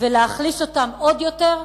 ולהחליש אותן עוד יותר?